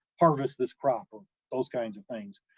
harvest this crop, or those kinds of things.